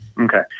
Okay